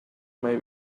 may